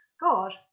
God